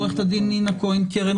עורכת דין נינא כהן קרן,